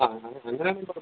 ആ അങ്ങനെ ആണെങ്കിൽ കുഴപ്പമില്ല